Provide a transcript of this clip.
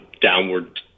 downward